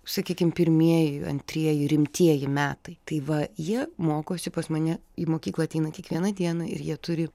sakykim pirmieji antrieji rimtieji metai tai va jie mokosi pas mane į mokyklą ateina kiekvieną dieną ir jie turi